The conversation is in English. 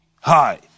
Hi